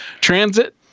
Transit